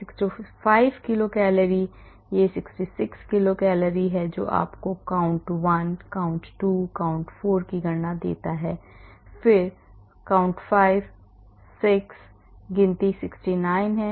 65 kilo calorie यह 66 kilo calorie है जो आपको काउंट 1 काउंट 2 काउंट 4 की गणना देती है फिर 5 काउंट 6 गिनती 69 है